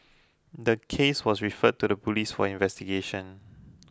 the case was referred to the police for investigation